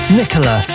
nicola